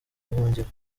buhungiro